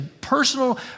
personal